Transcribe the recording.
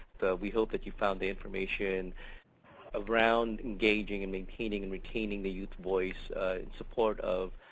we hope that you found the information around engaging and maintaining and retaining the youth voice in support of